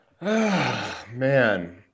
man